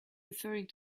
referring